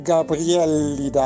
Gabrielli